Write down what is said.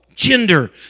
gender